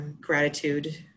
gratitude